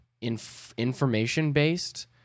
information-based